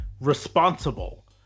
responsible